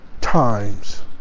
times